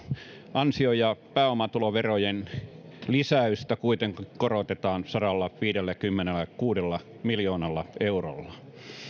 ansio ja pääomatuloverojen lisäystä kuitenkin korotetaan sadallaviidelläkymmenelläkuudella miljoonalla eurolla